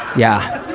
yeah.